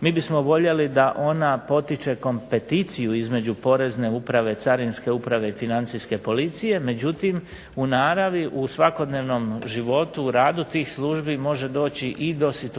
Mi bismo voljeli da ona potiče kompeticiju između porezne uprave, carinske uprave i Financijske policije, međutim u naravi u svakodnevnom životu u radu tih službi može doći i do situacija